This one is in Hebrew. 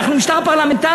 אנחנו משטר פרלמנטרי.